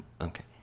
okay